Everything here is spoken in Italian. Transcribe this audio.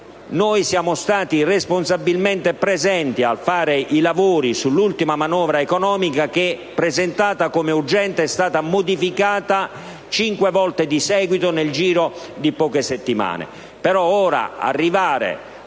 la nostra responsabile presenza ai lavori sull'ultima manovra economica che, presentata come urgente, è stata modificata cinque volte di seguito nel giro di poche settimane.